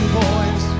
boys